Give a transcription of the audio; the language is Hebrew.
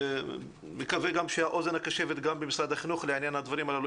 אני מקווה שבמשרד החינוך יש אוזן קשבת לעניין הדברים האלו.